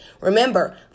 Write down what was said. Remember